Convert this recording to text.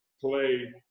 play